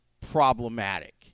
problematic